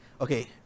okay